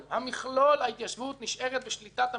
ההתיישבות נשארת בשליטת המדינה,